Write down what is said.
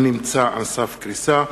על סף קריסה,